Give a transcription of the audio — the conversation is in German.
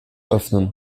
öffnen